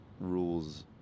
rules